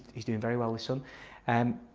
he's doing very well this son! and